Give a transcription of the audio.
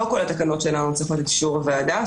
לא כל התקנות שלנו צריכות אישור הוועדה,